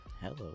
Hello